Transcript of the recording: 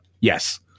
yes